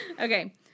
Okay